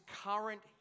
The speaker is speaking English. current